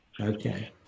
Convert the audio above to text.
Okay